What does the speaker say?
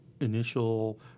initial